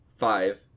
Five